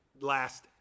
last